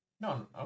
No